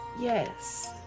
Yes